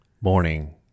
Morning